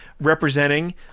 representing